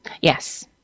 Yes